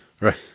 Right